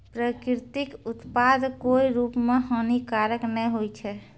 प्राकृतिक उत्पाद कोय रूप म हानिकारक नै होय छै